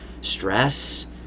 stress